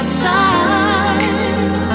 time